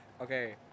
Okay